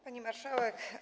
Pani Marszałek!